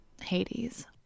Hades